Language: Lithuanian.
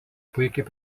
puikiai